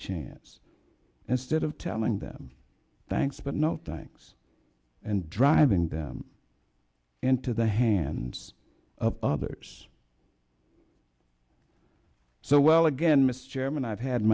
chance instead of telling them thanks but no thanks and driving them into the hands of others so well again mr chairman i've had